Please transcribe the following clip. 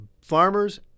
farmers